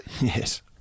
Yes